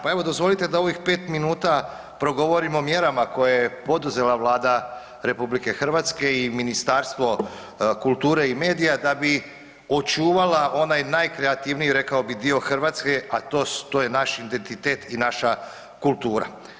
Pa dozvolite da u ovih 5 minuta progovorim o mjerama koje je poduzela Vlada RH i Ministarstvo kulture i medija da bi očuvala onaj najkreativniji, rekao bi, dio Hrvatske, a to je naš identitet i naša kultura.